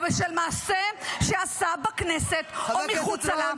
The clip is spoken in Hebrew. -- או בשל מעשה שעשה בכנסת או מחוצה לה,